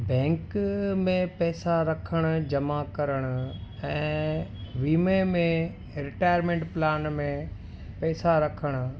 bank में पैसा रखणु जमा करणु ऐं वीमे में रिटायर्मेंट प्लान में पैसा रखणु